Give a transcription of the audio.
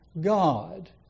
God